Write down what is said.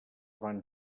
van